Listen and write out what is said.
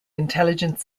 intelligent